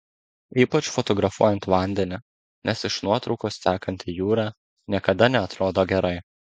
ypač fotografuojant vandenį nes iš nuotraukos tekanti jūra niekada neatrodo gerai